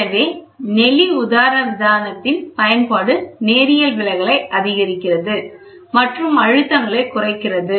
எனவே நெளி உதரவிதானத்தின் பயன்பாடு நேரியல் விலகலை அதிகரிக்கிறது மற்றும் அழுத்தங்களைக் குறைக்கிறது